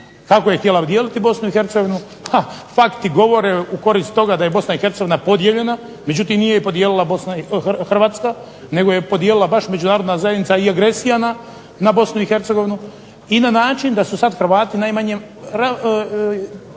kako je htjela dijeliti BiH. Pakti govore u korist toga da je BiH podijeljena. Međutim nije ju podijelila Hrvatska nego ju je podijelila međunarodna zajednica i agresijama na BiH i na način da su sada Hrvati najmanje